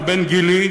והוא בן גילי,